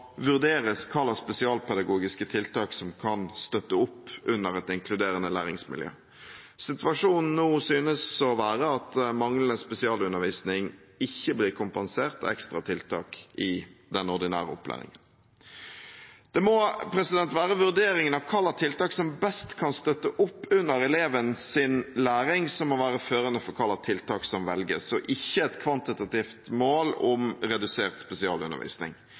vurderes hva slags spesialpedagogiske tiltak som kan støtte opp under et inkluderende læringsmiljø. Situasjonen nå synes å være den at manglende spesialundervisning ikke blir kompensert med ekstra tiltak i den ordinære opplæringen. Det må være vurderingen av hva slags tiltak som best kan støtte opp under elevens læring, som må være førende for hva slags tiltak som velges, og ikke et kvantitativt mål om redusert spesialundervisning.